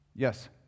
Yes